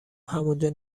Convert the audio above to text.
همونجا